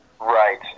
Right